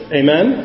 amen